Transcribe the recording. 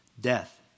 Death